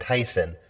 Tyson